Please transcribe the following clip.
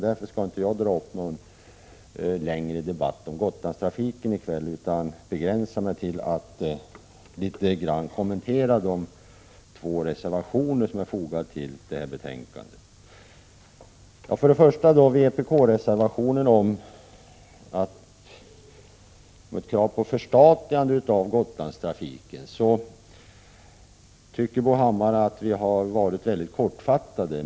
Därför skall jag inte ta upp någon längre debatt om den i kväll utan begränsa mig till att något kommentera de två reservationer som är fogade till betänkandet. Först vpk-reservationen med krav på förstatligande av Gotlandstrafiken. Bo Hammar tycker att vi i utskottet har varit kortfattade.